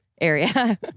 area